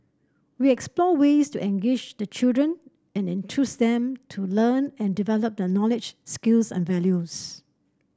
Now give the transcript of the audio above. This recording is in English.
we explore ways to engage the children and enthuse them to learn and develop their knowledge skills and values